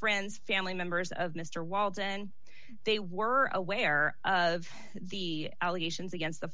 friends family members of mr walton they were aware of the allegations against the